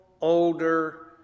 older